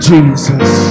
Jesus